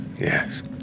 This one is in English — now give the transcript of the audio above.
Yes